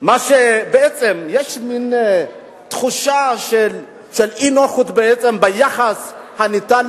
בעצם יש מין תחושה של אי-נוחות ביחס הניתן